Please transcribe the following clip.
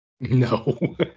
No